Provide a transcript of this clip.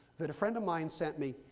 that a friend of mine sent me.